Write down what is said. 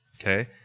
okay